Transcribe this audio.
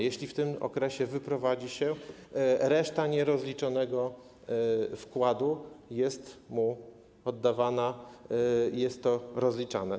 Jeśli w tym okresie wyprowadzi się, reszta nierozliczonego wkładu jest mu oddawana, jest to rozliczane.